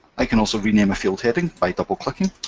i can also rename a field heading by double-clicking,